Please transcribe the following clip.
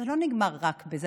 זה לא נגמר רק בזה.